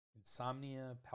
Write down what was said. insomnia